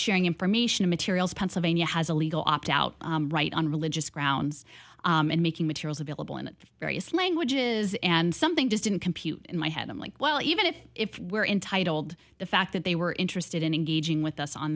sharing information materials pennsylvania has a legal opt out right on religious grounds and making materials available in various languages and something just didn't compute in my head i'm like well even if it were entitled the fact that they were interested in engaging with us on